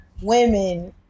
women